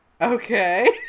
okay